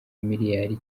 miliyari